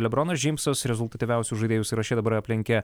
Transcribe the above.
lebronas džeimsas rezultatyviausių žaidėjų sąraše dabar aplenkė